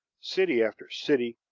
city after city,